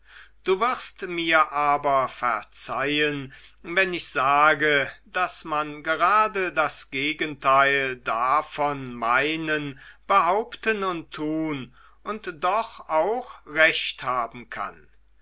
du wirst mir aber verzeihen wenn ich sage daß man gerade das gegenteil davon meinen behaupten und tun und doch auch recht haben kann